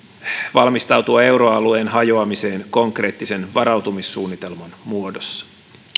valmistautua euroalueen hajoamiseen konkreettisen varautumissuunnitelman muodossa